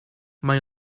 mae